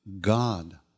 God